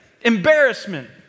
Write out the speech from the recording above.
embarrassment